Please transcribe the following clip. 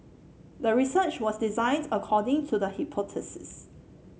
the research was designed according to the hypothesis